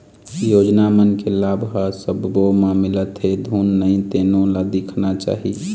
योजना मन के लाभ ह सब्बो ल मिलत हे धुन नइ तेनो ल देखना चाही